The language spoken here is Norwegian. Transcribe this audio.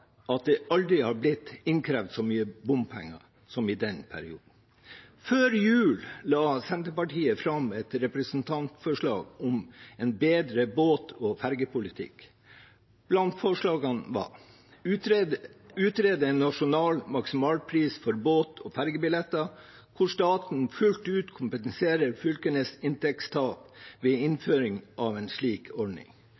at det aldri har blitt innkrevd så mye bompenger som i den perioden. Før jul la Senterpartiet fram et representantforslag om en bedre båt- og fergepolitikk. Blant forslagene var å utrede en nasjonal maksimalpris for båt- og fergebilletter, hvor staten fullt ut kompenserer fylkenes inntektstap ved